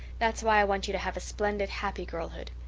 that's why i want you to have a splendid, happy girlhood.